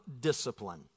discipline